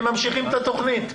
הם ממשיכים את התוכנית.